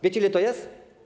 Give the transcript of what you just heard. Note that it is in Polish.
Wiecie, ile to jest?